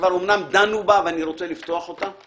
שכבר אומנם דנו בה ואני רוצה לפתוח אותה,